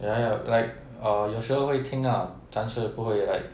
ya ya like err 有时候会听 ah 但是不会 like